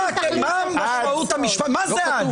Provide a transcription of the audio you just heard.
מה זה עד?